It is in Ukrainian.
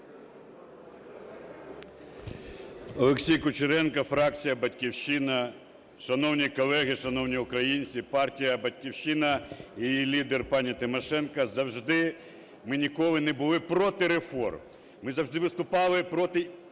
Олексій Кучеренко, фракція "Батьківщина". Шановні колеги, шановні українці, партія "Батьківщина" і її лідер пані Тимошенко завжди, ми ніколи не були проти реформ, ми завжди виступали проти